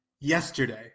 yesterday